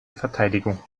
verteidigung